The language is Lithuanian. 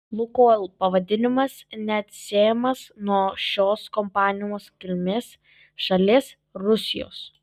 lukoil pavadinimas neatsiejamas nuo šios kompanijos kilmės šalies rusijos